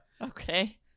Okay